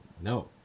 no